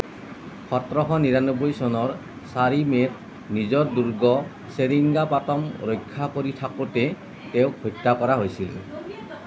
সোতৰশ নিৰান্নব্বৈ চনৰ চাৰি মে'ত নিজৰ দুৰ্গ চেৰিঙ্গাপাটম ৰক্ষা কৰি থাকোঁতে তেওঁক হত্যা কৰা হৈছিল